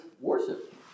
worship